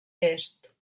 est